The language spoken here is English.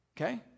Okay